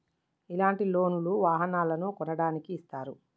ఇలాంటి లోన్ లు వాహనాలను కొనడానికి ఇస్తారు